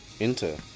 Enter